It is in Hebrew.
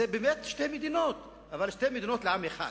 זה באמת שתי מדינות, אבל שתי מדינות לעם אחד.